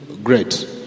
great